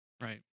Right